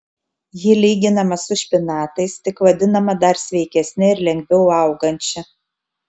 ji lyginama su špinatais tik vadinama dar sveikesne ir lengviau augančia